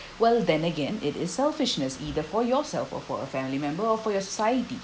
well then again it is selfishness either for yourself or for a family member or for your society